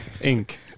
ink